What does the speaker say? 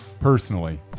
personally